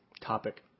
topic